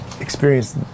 experience